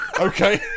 Okay